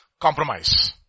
compromise